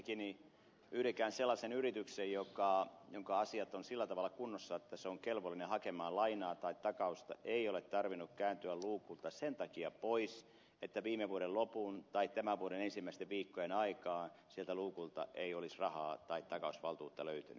ensinnäkään yhdenkään sellaisen yrityksen jonka asiat ovat sillä tavalla kunnossa että se on kelvollinen hakemaan lainaa tai takausta ei ole tarvinnut kääntyä luukulta sen takia pois että viime vuoden lopun tai tämän vuoden ensimmäisten viikkojen aikaan sieltä luukulta ei olisi rahaa tai takausvaltuutta löytynyt